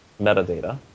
metadata